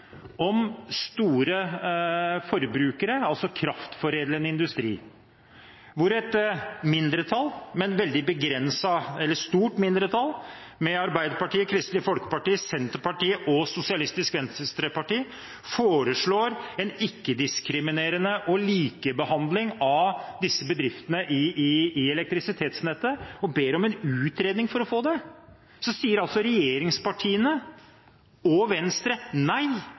om store forbrukere, altså kraftforedlende industri, hvor et stort mindretall – Arbeiderpartiet, Kristelig Folkeparti, Senterpartiet og Sosialistisk Venstreparti – foreslår en ikke-diskriminerende likebehandling av disse bedriftene i elektrisitetsnettet, og ber om en utredning om det. Regjeringspartiene og Venstre sier nei